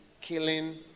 killing